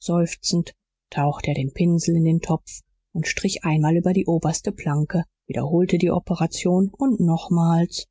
seufzend tauchte er den pinsel in den topf und strich einmal über die oberste planke wiederholte die operation und nochmals